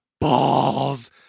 balls